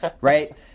Right